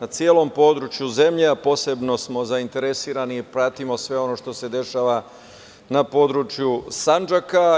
na celom području zemlje, a posebno smo zainteresovani i pratimo sve ono što se dešava na području Sandžaka.